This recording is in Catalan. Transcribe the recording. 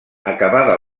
acabada